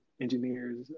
engineers